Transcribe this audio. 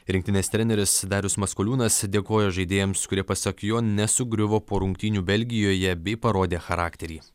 rinktinės treneris darius maskoliūnas dėkojo žaidėjams kurie pasak jo nesugriuvo po rungtynių belgijoje bei parodė charakterį